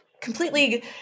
Completely